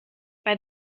bei